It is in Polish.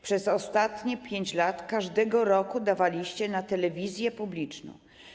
Przez ostatnie 5 lat każdego roku dawaliście na telewizję publiczną.